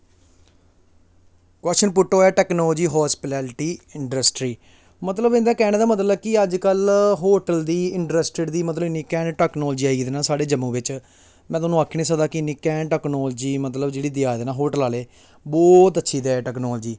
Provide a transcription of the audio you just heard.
question put होया technology hospitality industry मतलब इंदा कैहने दा मतलब की अज्ज कल होटल दी इंडस्ट्री दी इ'न्नी कैंड टेक्नोलॉजी आई गेदी ना साढ़े जम्मू बिच में थाह्नूं आखी निं सकदा कि इ'न्नी कैंड टेक्नोलॉजी मतलब जेह्ड़ी देआ दे ना होटल आह्ले बहोत अच्छी देआ दे टेक्नोलॉजी